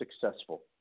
successful